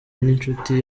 n’inshuti